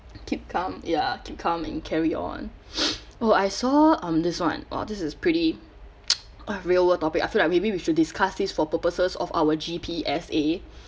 keep calm ya keep calm and carry on oh I saw um this one !wah! this is pretty !wah! real world topic I feel like maybe we should discuss this for purposes of our G_P_S_A